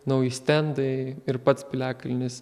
nauji stendai ir pats piliakalnis